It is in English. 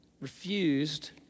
refused